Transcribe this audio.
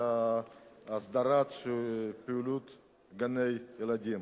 של הסדרת פעילות גני-ילדים,